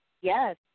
Yes